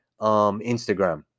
Instagram